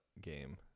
game